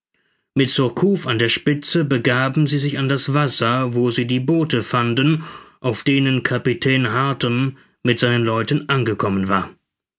mit surcouf an der spitze begaben sie sich an das wasser wo sie die boote fanden auf denen kapitän harton mit seinen leuten angekommen war